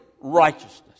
righteousness